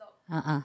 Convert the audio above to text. a'ah